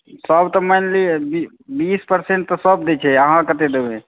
तऽ कते परसेंट छूट हेतै